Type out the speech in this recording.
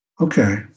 Okay